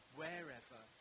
wherever